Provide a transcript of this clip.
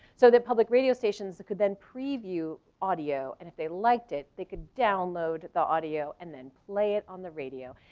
so that public radio stations could then preview audio. and if they liked it, they could download the audio and then play it on the radio.